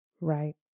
Right